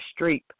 Streep